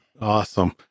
Awesome